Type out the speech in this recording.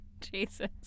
Jesus